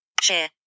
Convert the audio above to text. Share